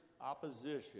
opposition